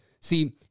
See